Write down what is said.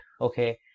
okay